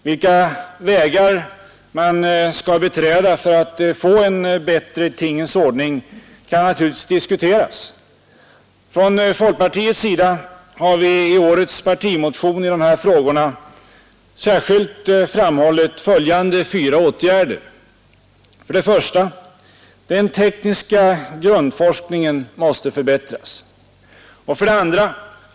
Vilka vägar man skall beträda för att få en bättre tingens ordning kan naturligtvis diskuteras. Från folkpartiets sida har vi i årets partimotion i de här frågorna särskilt framhållit följande fyra åtgärder: 1. Den tekniska grundforskningen måste förbättras. 2.